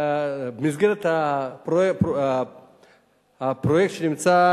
במסגרת החוק שנמצא,